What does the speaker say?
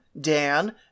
Dan